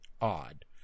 odd